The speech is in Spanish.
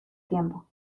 tiempo